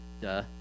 duh